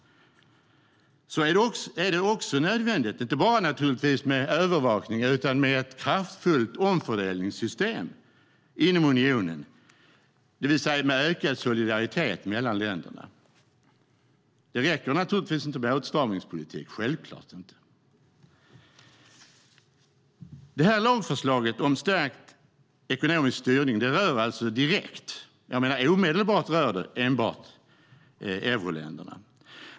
Det är också nödvändigt med inte bara övervakning utan också ett kraftfullt omfördelningssystem inom unionen, med ökad solidaritet mellan länderna. Det räcker självklart inte med bara åtstramningspolitik. Det här lagförslaget om stärkt ekonomisk styrning rör omedelbart endast euroländerna.